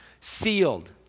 Sealed